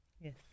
Yes